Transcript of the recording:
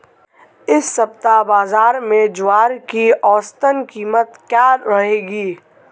इस सप्ताह बाज़ार में ज्वार की औसतन कीमत क्या रहेगी?